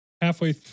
halfway